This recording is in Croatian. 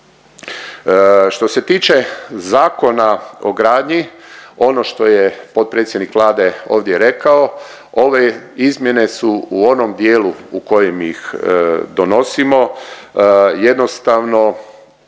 Što se tiče Zakona o gradnji ono što je potpredsjednik Vlade ovdje rekao ove izmjene su u onom dijelu u kojem ih donosimo jednostavno